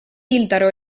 sildaru